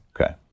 Okay